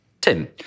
Tim